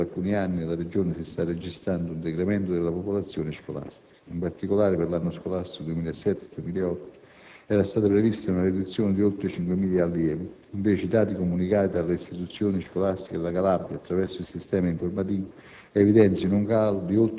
Vorrei anche far presente che già da alcuni anni nella Regione si sta registrando un decremento della popolazione scolastica. In particolare, per l'anno scolastico 2007-2008, era stata prevista una riduzione di oltre 5.000 allievi; invece, i dati comunicati dalle istituzioni scolastiche della Calabria, attraverso il sistema informativo,